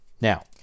Now